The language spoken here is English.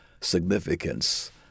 significance